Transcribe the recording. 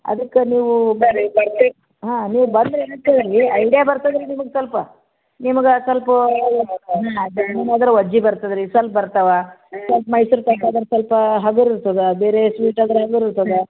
ಅದಕ್ಕೆ ನೀವೂ ಹಾಂ ನೀವು ಬಂದ್ರೂನು ಕೇಳಿ ಐಡ್ಯ ಬರ್ತದೆ ರೀ ನಿಮಗೆ ಸ್ವಲ್ಪ ನಿಮಗೆ ಸ್ವಲ್ಪೂ ಎಲ್ಲ ಹಾಂ ಅದೇ ನಿಮಗೆ ಆದರೆ ವಜ್ಜಿ ಬರ್ತದೆ ರೀ ಸ್ವಲ್ಪ ಬರ್ತವೆ ಮತ್ತು ಮೈಸೂರು ಪಾಕು ಆದರೆ ಸ್ವಲ್ಪ ಹಗುರ ಇರ್ತದೆ ಬೇರೆ ಸ್ವೀಟ್ ಆದರೆ ಇರ್ತದೆ